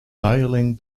dialling